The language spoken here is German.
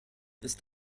ist